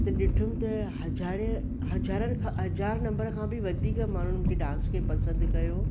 त ॾिठो त हज़ारे हज़ारनि खां हज़ारु नंबर खां बि वधीक माण्हुनि मूंखे डांस खे पसंदि कयो